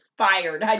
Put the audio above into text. fired